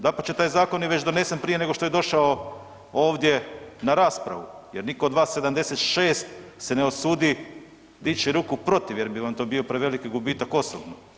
Dapače, taj zakon je već donesen prije nego što je došao ovdje na raspravu jer niko od vas 76 se ne usudi dići ruku protiv jer bi vam to bio preveliki gubitak osobno.